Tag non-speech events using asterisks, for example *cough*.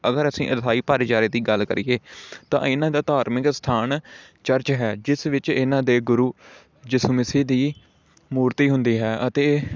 ਅਗਰ ਅਸੀਂ *unintelligible* ਭਾਈਚਾਰੇ ਦੀ ਗੱਲ ਕਰੀਏ ਤਾਂ ਇਨ੍ਹਾਂ ਦਾ ਧਾਰਮਿਕ ਅਸਥਾਨ ਚਰਚ ਹੈ ਜਿਸ ਵਿੱਚ ਇਨ੍ਹਾਂ ਦੇ ਗੁਰੂ ਜਿਸਮੀਸੀ ਦੀ ਮੂਰਤੀ ਹੁੰਦੀ ਹੈ ਅਤੇ